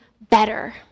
better